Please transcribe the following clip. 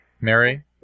Mary